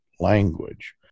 language